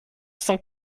cent